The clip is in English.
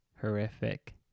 horrific